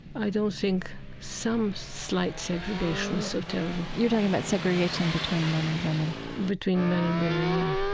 i don't think some slight segregation is so terrible you're talking about segregation between men and women between men and women, yeah.